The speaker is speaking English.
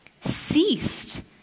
ceased